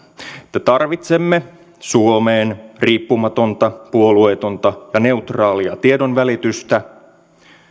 että tarvitsemme suomeen riippumatonta puolueetonta ja neutraalia tiedonvälitystä